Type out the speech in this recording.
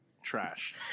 trash